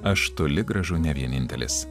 aš toli gražu ne vienintelis